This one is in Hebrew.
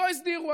לא הסדירו.